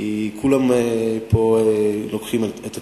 כי כולם פה לוקחים את הקרדיט.